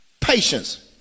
patience